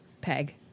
Peg